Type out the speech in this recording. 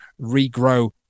regrow